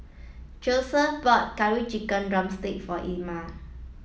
Joseph bought curry chicken drumstick for Ilma